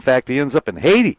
fact he ends up in haiti